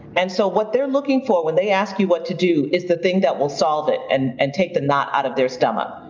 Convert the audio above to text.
and so what they're looking for when they ask you what to do is the thing that will solve it and and take the knot out of their stomach,